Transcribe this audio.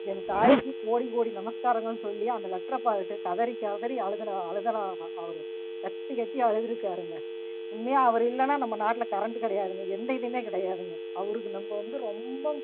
என் தாய்க்கு கோடி கோடி நமஸ்காரங்கள்ன்னு சொல்லி அந்த லெட்டர பார்த்துட்டு கதறி கதறி அழுத அழுதாராம் அவர் கத்தி கத்தி அழுது இருக்காருங்க உண்மையாக அவர் இல்லைனா நம்ம நாட்டில் கரண்டு கிடையாதுங்க எந்த இதுவுமே கிடையாது அவருக்கு நம்ம வந்து ரொம்ப